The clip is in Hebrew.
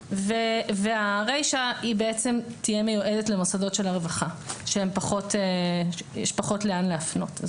והרישה תהיה מיועדת למוסדות של הרווחה שיש פחות לאן להפנות.